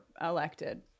elected